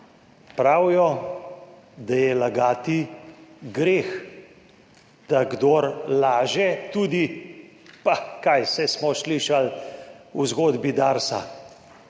Pravijo, da je lagati greh, da kdor laže, pa tudi kaj – saj smo slišali o zgodbi Darsa.